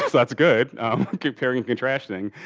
that's that's good comparing and contrasting.